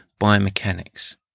biomechanics